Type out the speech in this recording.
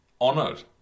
honored